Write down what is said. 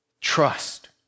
trust